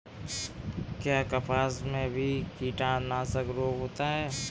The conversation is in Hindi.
क्या कपास में भी कीटनाशक रोग होता है?